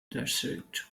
desert